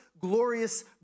glorious